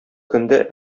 көндә